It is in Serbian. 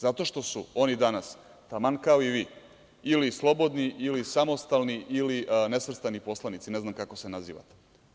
Zato što su oni danas, taman kao i vi, ili slobodni ili samostalni ili nesvrstani poslanici, ne znam kako se naziva.